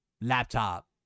laptop